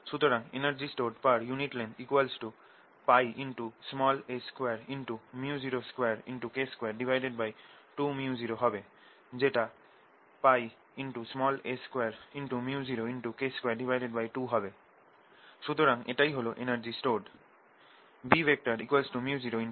সুতরাং energy stored per unit lengthπa2µ02K22µ0 হবে যেটা a2µ0K22 হবে সুতরাং এটাই হল energy stored